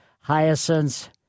hyacinths